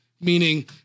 meaning